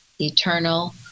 eternal